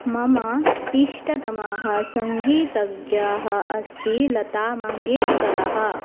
मम इष्टतमाः सङ्गीतज्ञाः अस्ति लतामङ्गेश्करः